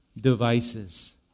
devices